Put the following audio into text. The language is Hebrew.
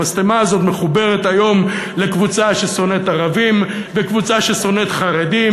המשטמה הזאת מחוברת היום לקבוצה ששונאת ערבים וקבוצה ששונאת חרדים,